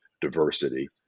diversity